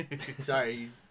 Sorry